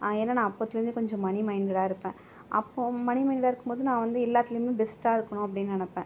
ஏன்னால் நான் அப்போத்துலேருந்தே கொஞ்சம் மணி மைண்ட்டடாக இருப்பேன் அப்போது மணி மைண்ட்டடாக இருக்கும் போது நான் வந்து எல்லாத்துலையுமே பெஸ்ட்டாக இருக்கணும் அப்படினு நினைப்பேன்